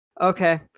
Okay